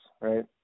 right